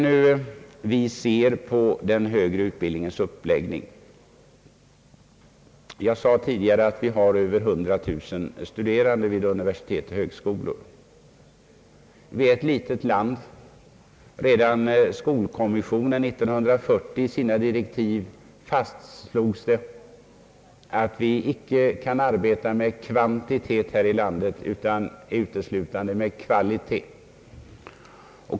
När vi granskar den högre utbildningens uppläggning måste vi ha i minnet att vi har över 100 000 studerande vid universitet och högskolor, men också att vi är ett litet land. Redan i direktiven för skolkommissionen 1940 fastslogs det, att vi icke kan arbeta med kvantitet här i landet utan uteslutande med kvalitet.